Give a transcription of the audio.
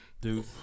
Dude